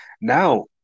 Now